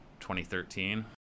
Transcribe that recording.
2013